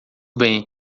bem